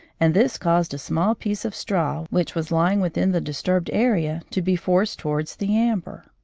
and this caused a small piece of straw, which was lying within the disturbed area, to be forced towards the amber.